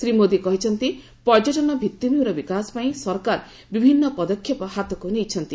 ଶ୍ରୀ ମୋଦି କହିଛନ୍ତି ପର୍ଯ୍ୟଟନ ଭିଭିମିର ବିକାଶ ପାଇଁ ସରକାର ବିଭିନ୍ନ ପଦକ୍ଷେପ ହାତକୁ ନେଇଛନ୍ତି